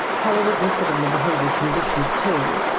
however, they're sort of laboratory conditions too.